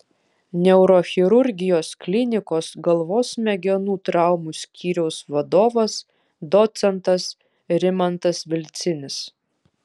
neurochirurgijos klinikos galvos smegenų traumų skyriaus vadovas docentas rimantas vilcinis